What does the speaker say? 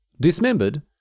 dismembered